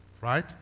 Right